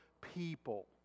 people